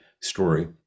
story